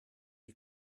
you